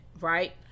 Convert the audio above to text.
right